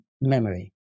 memory